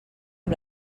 amb